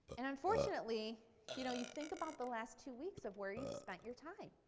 and unfortunately you know you think about the last two weeks of where you spent your time.